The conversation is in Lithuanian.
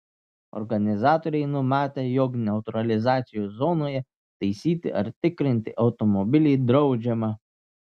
organizatoriai numatę jog neutralizacijos zonoje taisyti ar tikrinti automobilį draudžiama